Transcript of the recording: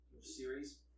series